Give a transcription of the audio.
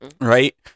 right